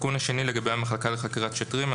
התיקון השני הוא לגבי המחלקה לחקירת שוטרים.